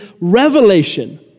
revelation